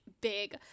big